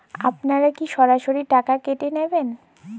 আপনারা কি সরাসরি টাকা কেটে নেবেন?